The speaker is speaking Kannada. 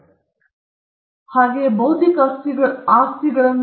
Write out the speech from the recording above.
ನಾವು ಮಾತನಾಡುವಂತೆ ಹೊರಹೊಮ್ಮುತ್ತಿರುವ ಕೆಲವು ಬೌದ್ಧಿಕ ಆಸ್ತಿ ಹಕ್ಕುಗಳು ಇವೆ ಅದು ಇದಕ್ಕೆ ಕಾರಣವಾಗಿಲ್ಲ